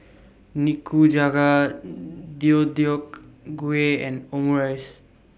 Nikujaga Deodeok Gui and Omurice